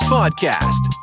Podcast